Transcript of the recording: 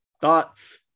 Thoughts